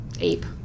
ape